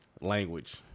language